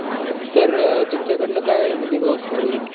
तर तुमच्याकडनं काय म्हणजे व्यवस्था होईल